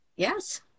Yes